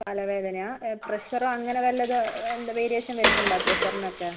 തലവേദനയാണോ പ്രഷറോ അങ്ങനെ വല്ലതും എന്താണ് വേരിയേഷൻ വരുത്തുന്നുണ്ടോ പ്രഷറിനൊക്കെ